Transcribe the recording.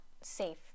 safe